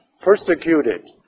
persecuted